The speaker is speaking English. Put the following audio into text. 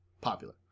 popular